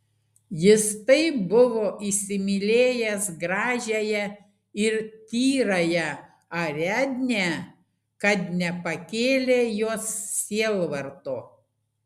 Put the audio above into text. jis taip buvo įsimylėjęs gražiąją ir tyrąją ariadnę kad nepakėlė jos sielvarto